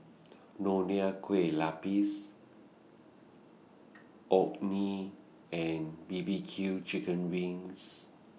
Nonya Kueh Lapis Orh Nee and B B Q Chicken Wings